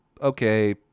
okay